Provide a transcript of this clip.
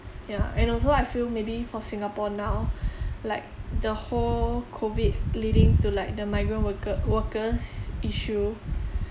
ya and also I feel maybe for singapore now like the whole COVID leading to like the migrant worker workers issue